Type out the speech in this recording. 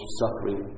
suffering